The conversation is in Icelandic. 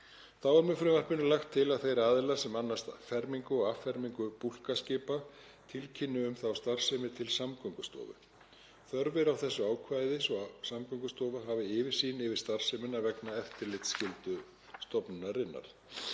Þá er með frumvarpinu lagt til að þeir aðilar sem annast fermingu og affermingu búlkaskipa tilkynni um þá starfsemi til Samgöngustofu. Þörf er á þessu ákvæði svo að Samgöngustofa hafi yfirsýn yfir starfsemina vegna eftirlitsskyldu stofnunarinnar.